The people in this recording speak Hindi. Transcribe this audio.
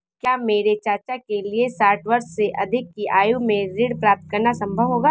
क्या मेरे चाचा के लिए साठ वर्ष से अधिक की आयु में ऋण प्राप्त करना संभव होगा?